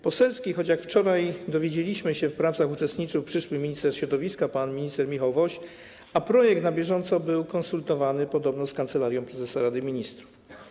Poselski, choć jak wczoraj dowiedzieliśmy się, w pracach uczestniczył przyszły minister środowiska pan minister Michał Woś, a projekt był podobno na bieżąco konsultowany z Kancelarią Prezesa Rady Ministrów.